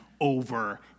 over